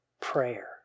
prayer